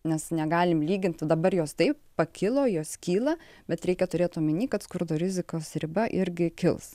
nes negalim lyginti dabar jos taip pakilo jos kyla bet reikia turėt omenyje kad skurdo rizikos riba irgi kils